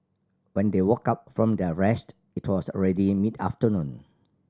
when they woke up from their rest it was already mid afternoon